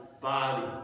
body